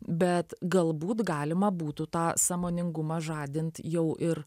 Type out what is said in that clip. bet galbūt galima būtų tą sąmoningumą žadint jau ir